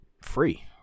free